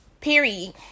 Period